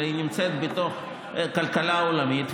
אלא היא נמצאת בתוך כלכלה עולמית.